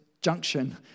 junction